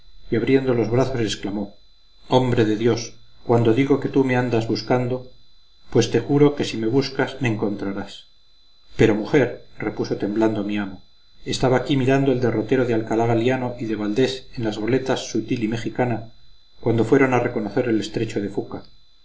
y abriendo los brazos exclamó hombre de dios cuando digo que tú me andas buscando pues te juro que si me buscas me encontrarás pero mujer repuso temblando mi amo estaba aquí mirando el derrotero de alcalá galiano y de valdés en las goletas sutil y mejicana cuando fueron a reconocer el estrecho de fuca